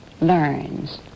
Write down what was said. learns